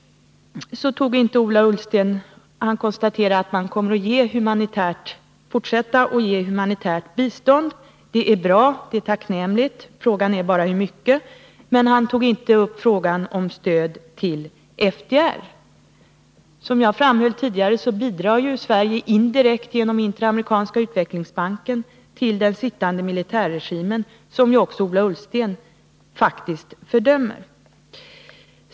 Ola Ullsten konstaterar att Sverige kommer att fortsätta att ge humanitärt bistånd. Det är bra, det är tacknämligt. Frågan är bara: Hur mycket? Ola Ullsten tog inte upp frågan om stöd till FDR. Som jag framhävde tidigare bidrar ju Sverige indirekt genom Interamerikanska utvecklingsbanken till den sittande militärregimen, som ju också Ola Ullsten fördömer.